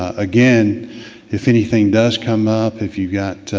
ah again if anything does come up, if you've got